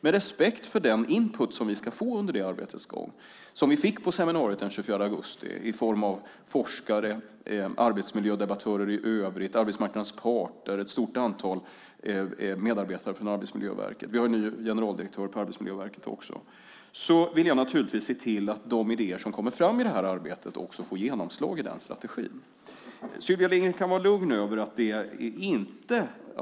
Med respekt för den input som vi ska få under arbetets gång efter seminariet den 24 augusti från forskare, arbetsmiljödebattörer i övrigt, arbetsmarknadens parter, ett stort antal medarbetare på Arbetsmiljöverket - vi har en ny generaldirektör på Arbetsmiljöverket - vill jag naturligtvis se till att de idéer som kommer fram också får genomslag i strategin. Sylvia Lindgren kan vara lugn.